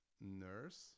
nurse